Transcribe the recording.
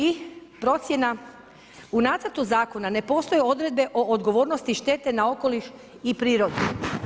I procjena, u nacrtu zakona ne postoje odredbe o odgovornosti i štete na okoliš i prirodu.